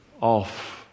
off